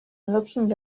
looking